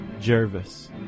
Jervis